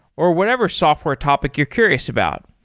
or whatever software topic you're curious about.